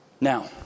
Now